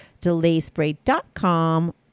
delayspray.com